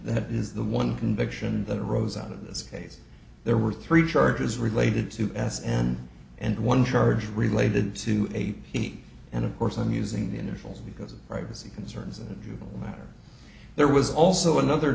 that is the one conviction that arose out of this case there were three charges related to s and and one charge related to a he and of course i'm using the initials because of privacy concerns and you matter there was also another